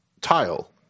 tile